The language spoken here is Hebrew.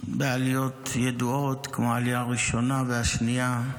בעליות ידועות כמו העלייה הראשונה והשנייה,